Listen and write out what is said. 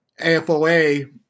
AFOA